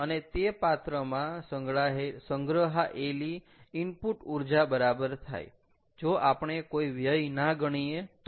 અને તે પાત્રમાં સંગ્રહાયેલી ઈનપુટ ઊર્જા બરાબર થાય જો આપણે કોઈ વ્યય ના ગણીએ તો